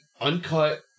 uncut